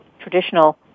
traditional